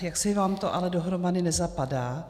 Jaksi vám to ale dohromady nezapadá.